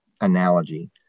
analogy